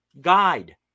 Guide